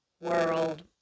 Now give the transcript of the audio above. world